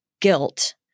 guilt